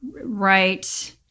right